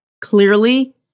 clearly